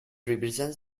represents